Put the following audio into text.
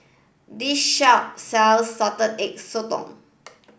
this shop sells salted egg sotong